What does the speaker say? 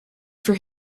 for